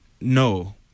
no